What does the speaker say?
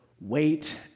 wait